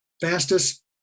fastest